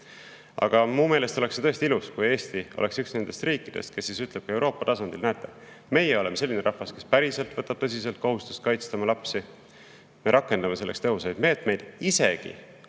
meelest oleks see tõesti ilus, kui Eesti oleks üks nendest riikidest, kes ütleb ka Euroopa tasandil: "Näete, meie oleme selline rahvas, kes päriselt võtab tõsiselt kohustust kaitsta oma lapsi. Me rakendame selleks tõhusaid meetmeid, isegi